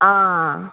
ஆ